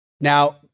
Now